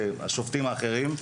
שהם השופטים האחרים,